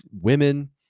women